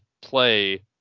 Play